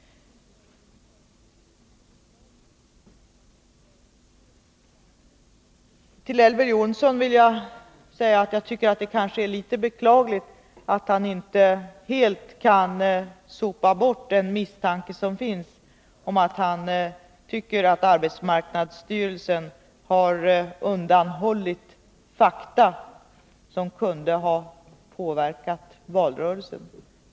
Till Elver Jonsson vill jag säga att jag tycker att det är litet beklagligt att han inte helt kan sopa bort den misstanke som han har om att arbetsmarknadsstyrelsen har undanhållit fakta som kunde ha påverkat valrörelsen.